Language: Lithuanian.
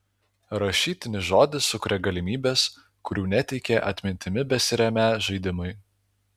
rašytinis žodis sukuria galimybes kurių neteikė atmintimi besiremią žaidimai